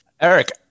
Eric